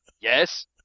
Yes